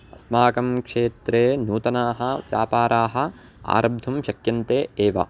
अस्माकं क्षेत्रे नूतनाः व्यापाराः आरब्धुं शक्यन्ते एव